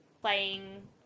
playing